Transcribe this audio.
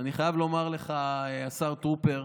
ואני חייב לומר לך, השר טרופר,